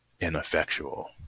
ineffectual